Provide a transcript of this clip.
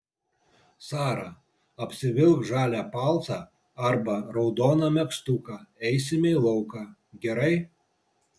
sara apsivilk žalią paltą arba raudoną megztuką eisime į lauką gerai